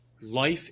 life